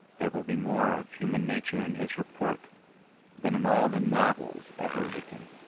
there will be more of human nature in his report than in all the novels ever written.